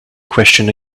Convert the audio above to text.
question